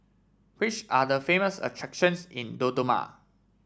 which are the famous attractions in Dodoma